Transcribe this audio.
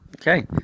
Okay